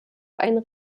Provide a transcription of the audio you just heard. einen